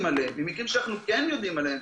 עליהם מאשר מקרים שאנחנו כן יודעים עליהם,